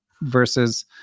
versus